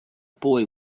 boy